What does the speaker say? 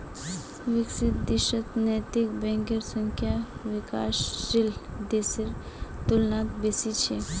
विकसित देशत नैतिक बैंकेर संख्या विकासशील देशेर तुलनात बेसी छेक